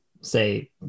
say